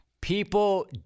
People